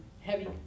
heavy